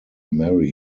marry